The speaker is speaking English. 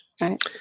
right